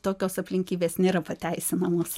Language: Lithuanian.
tokios aplinkybės nėra pateisinamos